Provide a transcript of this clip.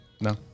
No